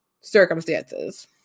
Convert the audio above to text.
circumstances